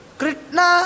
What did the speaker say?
Krishna